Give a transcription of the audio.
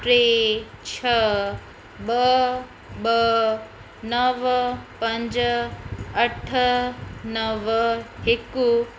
टे छह ॿ ॿ नव पंज अठ नव हिकु